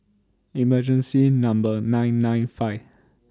emergency Number nine nine five